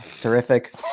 Terrific